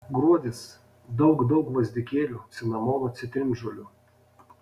gruodis daug daug gvazdikėlių cinamono citrinžolių